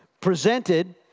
presented